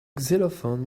xylophone